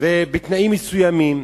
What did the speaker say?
ובתנאים מסוימים,